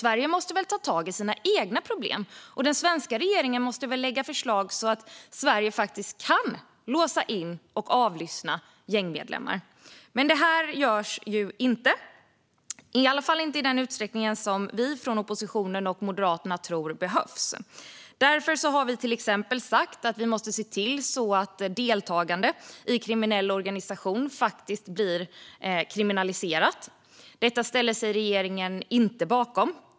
Sverige måste ta tag i sina egna problem, och den svenska regeringen måste lägga fram förslag så att Sverige faktiskt kan låsa in och avlyssna gängmedlemmar. Det här görs inte, i alla fall inte i den utsträckning som vi från Moderaterna och oppositionen tror behövs. Därför har vi till exempel sagt att vi måste se till att deltagande i kriminell organisation faktiskt kriminaliseras. Detta ställer regeringen inte sig bakom.